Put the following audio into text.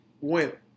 went